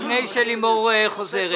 לפני שלימור חוזרת,